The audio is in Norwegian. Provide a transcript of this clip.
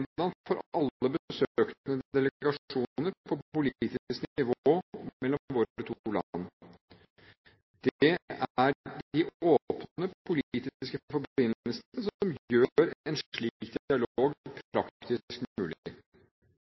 alle besøkende delegasjoner på politisk nivå mellom våre to land. Det er de åpne politiske forbindelsene som gjør en slik dialog praktisk mulig. Kvinners situasjon må også tas opp gjennom internasjonalt samarbeid, i multilaterale prosesser. Norge er